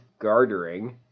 gartering